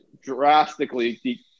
drastically